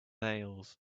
nails